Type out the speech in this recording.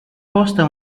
posta